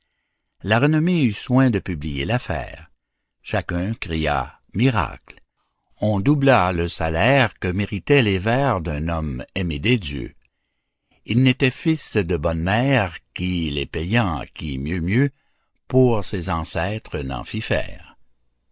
la renommée eut soin de publier l'affaire chacun cria miracle on doubla le salaire que méritaient les vers d'un homme aimé des dieux il n'était fils de bonne mère qui les payant à qui mieux mieux pour ses ancêtres